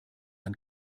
man